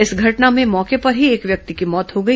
इस घटना में मौके पर ही एक व्यक्ति की मौत हो गई